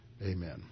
Amen